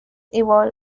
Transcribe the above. evolve